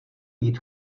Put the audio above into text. jít